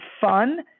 fun